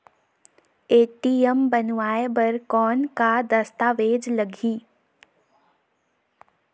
ATM बनवाय बर कौन का दस्तावेज लगही?